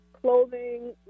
clothing